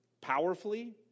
powerfully